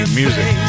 music